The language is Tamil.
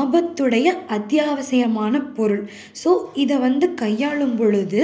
ஆபத்துடைய அத்யாவசியமான பொருள் ஸோ இதை வந்து கையாளும் பொழுது